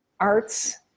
arts